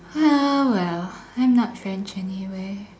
well well I'm not French anyway